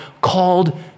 called